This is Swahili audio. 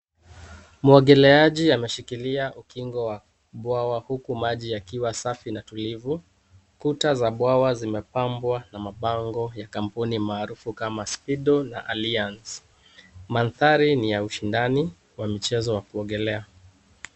Muogeleaji ameshikilia ukingo wa bwawa huku maji yakiwa safi na tulivu. Kuta za bwawa zimepambwa na mabango ya kampuni maarufu kama Speedo na Allianz, Maanthari ni ya ushindani wa michezo wa kuogelea.